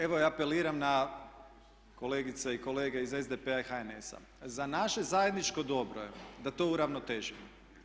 Evo ja apeliram na kolegice i kolege iz SDP-a i HNS-a, za naše zajedničko dobro je da to uravnotežimo.